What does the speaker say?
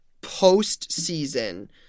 post-season